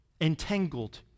Entangled